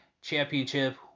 Championship